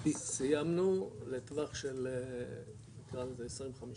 סיימנו לטווח של נקרא לזה, 20 50